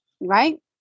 right